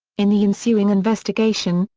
in the ensuing investigation,